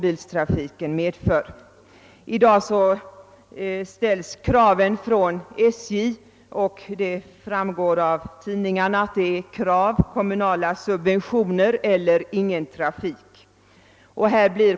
I dag ställs krav från SJ, och kraven gäller kommunala subventioner eller annars ingen trafik.